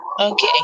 Okay